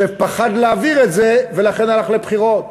שפחד להעביר את זה, ולכן הלך לבחירות.